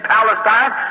Palestine